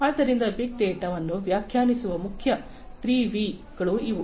ಆದ್ದರಿಂದ big data ವನ್ನು ವ್ಯಾಖ್ಯಾನಿಸುವ ಮುಖ್ಯ 3 ವಿ ಗಳು ಇವು